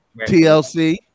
TLC